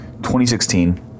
2016